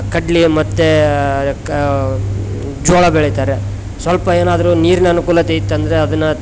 ಕಡ್ಲೆ ಮತ್ತೆ ಕಾ ಜೋಳ ಬೆಳಿತಾರೆ ಸ್ವಲ್ಪ ಏನಾದರು ನೀರಿನ ಅನುಕೂಲತೆ ಇತ್ತಂದರೆ ಅದನ್ನ